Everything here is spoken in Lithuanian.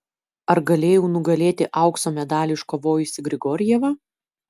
ar galėjau nugalėti aukso medalį iškovojusį grigorjevą